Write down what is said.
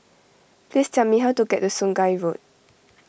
please tell me how to get to Sungei Road